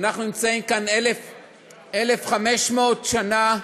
אנחנו נמצאים פה 1,500 שנה.